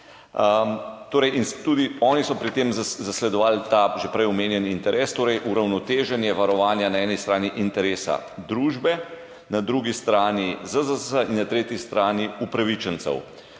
Tudi oni so pri tem zasledovali ta že prej omenjeni interes, torej uravnoteženje varovanja na eni strani interesa družbe, na drugi strani ZZZS in na tretji strani upravičencev.